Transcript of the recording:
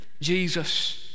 Jesus